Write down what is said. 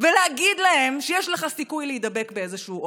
ולהגיד להם שיש לך סיכוי להידבק באיזשהו אופן,